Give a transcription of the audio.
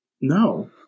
No